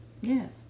yes